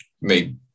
make